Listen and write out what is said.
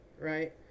right